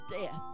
death